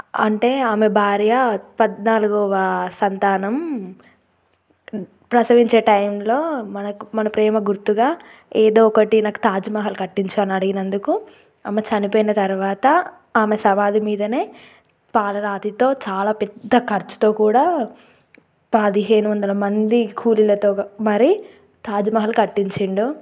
అంటే ఆమె భార్య పద్నాలుగవ సంతానం ప్రసవించే టైంలో మనకు మన ప్రేమ గుర్తుగా ఏదో ఒకటి నాకు తాజ్మహల్ కట్టించు అని అడిగినందుకు ఆమె చనిపోయిన తర్వాత ఆమె సమాధి మీదనే పాలరాతితో చాలా పెద్ద ఖర్చుతో కూడా పదిహేను వందల మంది కూలీలతో మరి తాజ్మహల్ కట్టించాడు